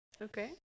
okay